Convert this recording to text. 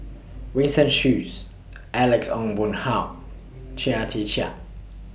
Winston Choos Alex Ong Boon Hau Chia Tee Chiak